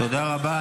--- תודה רבה.